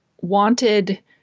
wanted